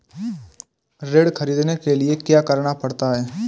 ऋण ख़रीदने के लिए क्या करना पड़ता है?